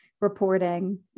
reporting